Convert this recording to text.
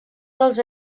dels